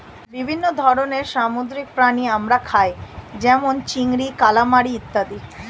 বিভিন্ন ধরনের সামুদ্রিক প্রাণী আমরা খাই যেমন চিংড়ি, কালামারী ইত্যাদি